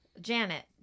Janet